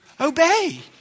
Obey